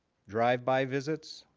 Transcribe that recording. drive-by visits,